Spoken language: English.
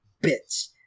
bits